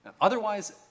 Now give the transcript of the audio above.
Otherwise